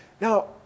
Now